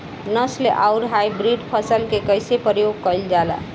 नस्ल आउर हाइब्रिड फसल के कइसे प्रयोग कइल जाला?